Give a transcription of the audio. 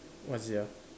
what is it ah